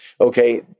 Okay